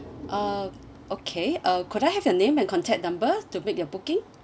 uh okay uh could I have your name and contact number to make your booking